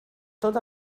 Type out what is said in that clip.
tot